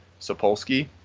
Sapolsky